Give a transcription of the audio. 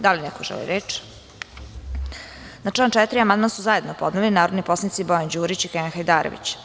Da li neko želi reč? (Ne.) Na član 4. amandman su zajedno podneli narodni poslanici Bojan Đurić i Kenan Hajdarević.